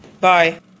Bye